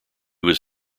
was